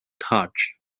touch